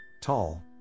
tall